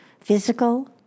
Physical